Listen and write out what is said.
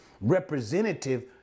representative